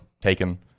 taken